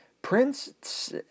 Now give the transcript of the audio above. Prince